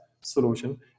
solution